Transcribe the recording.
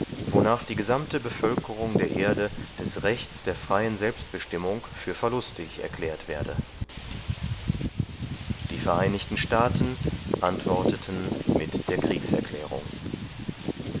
wonach die gesamte bevölkerung der erde des rechts der freien selbstbestimmung für verlustig erklärt werde die vereinigten staaten antworteten mit der kriegserklärung